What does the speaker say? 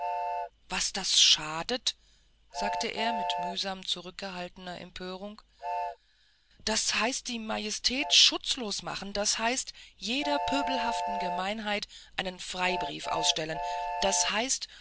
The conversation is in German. was das schadet sagte er mit mühsam zurückgehaltener empörung das heißt die majestät schutzlos machen das heißt jeder pöbelhaften gemeinheit einen freibrief ausstellen das heißt